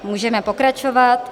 Můžeme pokračovat.